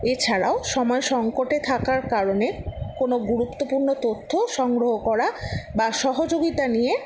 এছাড়াও সময় সংকটে থাকার কারণে কোনো গুরুত্বপূর্ণ তথ্য সংগ্রহ করা বা সহযোগিতা নিয়ে